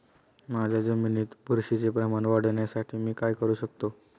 माझ्या जमिनीत बुरशीचे प्रमाण वाढवण्यासाठी मी काय करू शकतो?